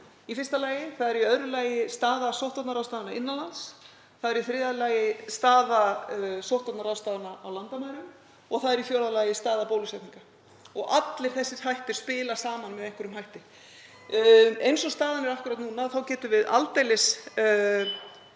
í fyrsta lagi staða faraldursins, í öðru lagi staða sóttvarnaráðstafana innan lands, það er í þriðja lagi staða sóttvarnaráðstafana á landamærunum og í fjórða lagi staða bólusetninga. Og allir þessir þættir spila saman með einhverjum hætti. Eins og staðan er akkúrat núna þá getum við aldeilis